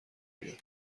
بیاد